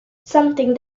something